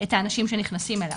את האנשים שנכנסים אליו.